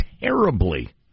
terribly